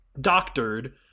doctored